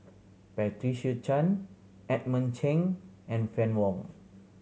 Patricia Chan Edmund Cheng and Fann Wong